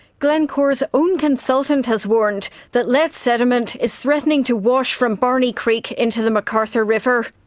glencore's own consultant has warned that lead sediment is threatening to wash from barney creek into the mcarthur river.